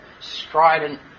strident